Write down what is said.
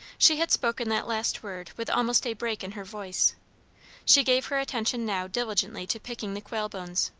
she had spoken that last word with almost a break in her voice she gave her attention now diligently to picking the quail bones.